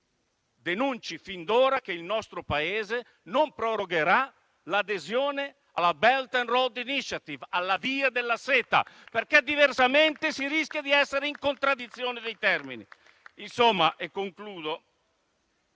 Denunci fin d'ora che il nostro Paese non prorogherà l'adesione alla Belt and road initiative, alla Via della Seta, perché diversamente si rischia di essere in contraddizione dei termini. In conclusione,